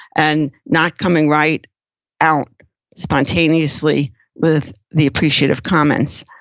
and not coming right out spontaneously with the appreciative comments.